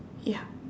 ya